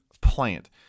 plant